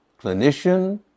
clinician